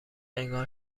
انگار